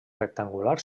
rectangulars